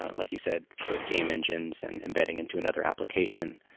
like you said with game engines and embedding into another application.